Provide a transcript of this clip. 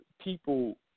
people